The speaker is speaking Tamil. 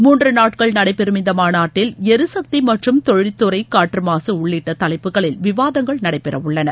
மூன்று நாட்கள் நடைபெறும் இந்த மாநாட்டில் எரிசக்தி மற்றும் தொழில்துறை காற்று மாசு உள்ளிட்ட தலைப்புகளில் விவாதங்கள் நடைபெறவுள்ளன